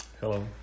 Hello